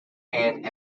ann